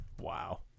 Wow